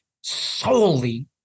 solely